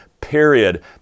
period